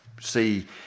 see